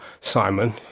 Simon